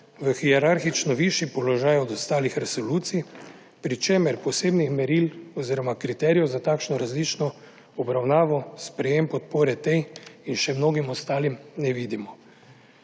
v hierarhično višji položaj od ostalih resolucij, pri čemer posebnih meril oziroma kriterijev za takšno različno obravnavo, sprejetje podpore tej in še mnogim ostalim ne vidimo.